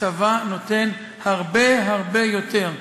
הצבא נותן הרבה הרבה יותר.